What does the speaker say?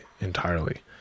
entirely